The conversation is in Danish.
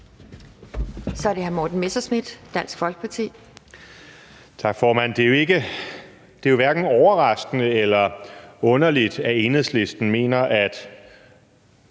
Kl. 12:50 Morten Messerschmidt (DF): Tak, formand. Det er jo hverken overraskende eller underligt, at Enhedslisten mener, at